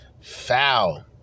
Foul